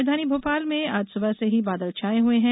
राजधानी भोपाल में आज सुबह से ही बादल छाये हुए हैं